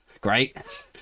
great